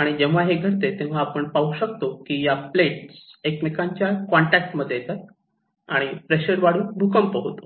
आणि जेव्हा हे घडते तेव्हा आपण पाहू शकतो की या प्लेट्स एकमेकांच्या कॉन्टॅक्ट मध्ये येतात आणि प्रेशर वाढून भूकंप होतो